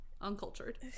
uncultured